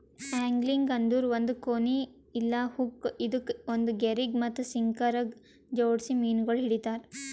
angling ಅಂದುರ್ ಒಂದ್ ಕೋನಿ ಇಲ್ಲಾ ಹುಕ್ ಇದುಕ್ ಒಂದ್ ಗೆರಿಗ್ ಮತ್ತ ಸಿಂಕರಗ್ ಜೋಡಿಸಿ ಮೀನಗೊಳ್ ಹಿಡಿತಾರ್